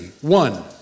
One